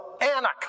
Anak